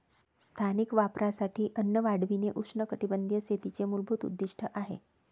स्थानिक वापरासाठी अन्न वाढविणे उष्णकटिबंधीय शेतीचे मूलभूत उद्दीष्ट आहे